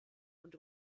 und